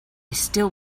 still